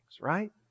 right